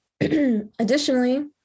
Additionally